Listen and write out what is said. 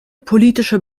politische